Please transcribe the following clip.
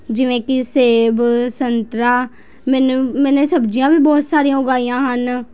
ਜਿਵੇਂ ਕਿ ਸੇਬ ਸੰਤਰਾ ਮੈਨੂੰ ਮੈਨੇ ਸਬਜ਼ੀਆਂ ਵੀ ਬਹੁਤ ਸਾਰੀਆਂ ਉਗਾਈਆਂ ਹਨ